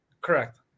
Correct